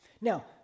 Now